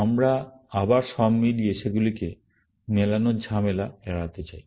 আমরা আবার সব মিলিয়ে সেগুলিকে মেলানোর ঝামেলা এড়াতে চাই